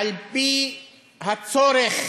על-פי הצורך